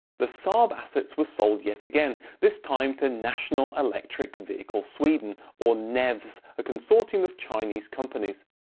the saab assets were sold yet again, this time to national electric vehicle sweden or nevs, a consortium of chinese companies.